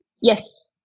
Yes